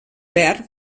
verd